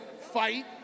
fight